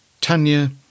Tanya